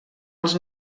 els